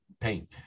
paint